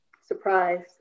surprise